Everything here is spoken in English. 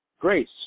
grace